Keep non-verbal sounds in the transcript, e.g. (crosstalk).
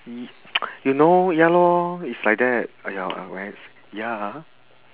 (noise) (noise) you know ya lor is like that !aiya! ya ah